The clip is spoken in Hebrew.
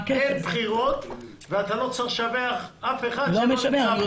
אין בחירות ואתה לא צריך לשבח אף אחד שלא נמצא פה.